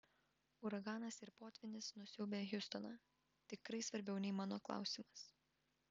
uraganas ir potvynis nusiaubę hjustoną tikrai svarbiau nei mano klausimas